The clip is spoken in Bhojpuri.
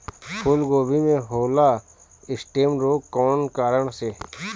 फूलगोभी में होला स्टेम रोग कौना कारण से?